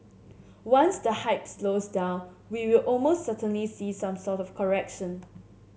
once the hype slows down we will most certainly see some sort of correction